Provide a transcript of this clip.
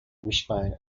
wishbone